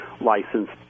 licensed